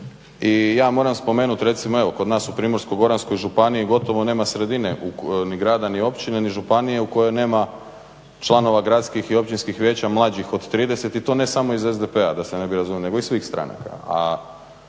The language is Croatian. i ja moram spomenuti recimo kod nas u Primorsko-goranskoj županiji gotovo nema sredine, ni grada, ni općine, ni županije u kojoj nema članova gradskih i općinskih vijeća mlađih od 30 i to ne samo iz SDP-a da se ne bi razumjeli, nego iz svih stranaka.